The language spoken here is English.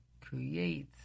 create